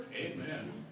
Amen